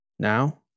Now